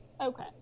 Okay